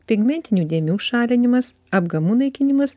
pigmentinių dėmių šalinimas apgamų naikinimas